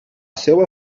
seua